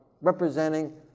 representing